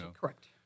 correct